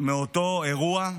מאותו אירוע,